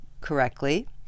correctly